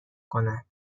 کنند